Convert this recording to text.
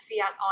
fiat